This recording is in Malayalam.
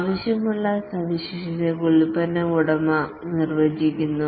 ആവശ്യമുള്ള സവിശേഷതകൾ പ്രോഡക്ട് ഉടമ നിർവചിക്കുന്നു